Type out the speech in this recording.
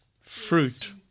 fruit